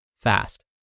fast